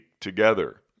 together